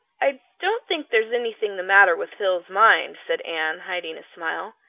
i don't think there's anything the matter with phil's mind, said anne, hiding a smile.